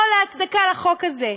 כל ההצדקה לחוק הזה,